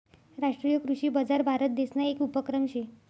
राष्ट्रीय कृषी बजार भारतदेसना येक उपक्रम शे